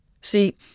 See